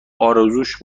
ارزوش